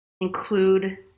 include